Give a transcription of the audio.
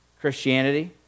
Christianity